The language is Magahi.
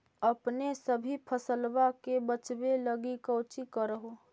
अपने सभी फसलबा के बच्बे लगी कौची कर हो?